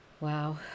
wow